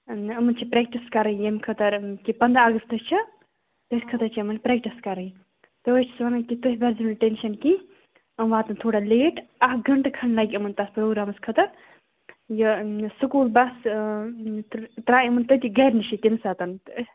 نہ أمَن چھِ پریٚکٹِس کَرٕنۍ ییٚمہِ خٲطرٕ کہِ پَنٛدَہ اَگَستہٕ چھُ تٔتھۍ خٲطرٕ چھٕ یِمن پرٛیٚکٹِس کَرٕنۍ تَوے چھسو وَنان کہِ تُہۍ بٔرۍزیٚو نہٕ ٹیٚنشن کیٚنٛہہ یِم واتَن تھوڑا لیٹ اَکھ گٲنٛٹہٕ کھَنٛڈ لَگہِ یِمَن تَتھ پروگرامَس خٲطرٕ یہٕ سکوٗل بَس تراوِ یِمن تٔتی گَرِ نِش تمہِ ساتہٕ تہٕ